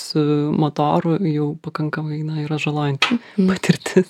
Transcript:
su motoru jau pakankamai na yra žalojanti patirtis